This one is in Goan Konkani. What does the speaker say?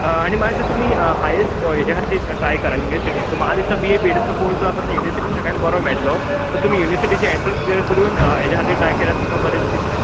आनी म्हाका दिसता तुमी हेच हेज्या खातीर ट्राय करा युन्हिवर्सीटीन सो म्हाका दिसता बीए बीएडाचो काॅर्स जो आसा तो युन्हिवर्सीटीन खूब बरो मेळटलो सो तुमी युन्हिवर्सीटीचें एन्ट्रन्स क्लियर करून हेज्या खातीर ट्राय केल्यार तुमकां बरें दिसता